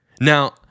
Now